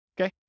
Okay